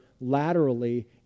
laterally